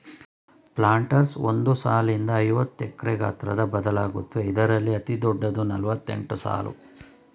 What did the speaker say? planters ಒಂದ್ ಸಾಲ್ನಿಂದ ಐವತ್ನಾಕ್ವರ್ಗೆ ಗಾತ್ರ ಬದಲಾಗತ್ವೆ ಇದ್ರಲ್ಲಿ ಅತಿದೊಡ್ಡದು ನಲವತ್ತೆಂಟ್ಸಾಲು